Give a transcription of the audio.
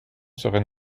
serait